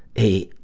a,